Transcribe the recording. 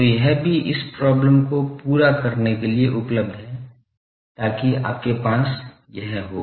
तो यह भी इस प्रॉब्लम को पूरा करने के लिए उपलब्ध हैं ताकि आपके पास यह हो